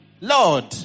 Lord